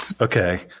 Okay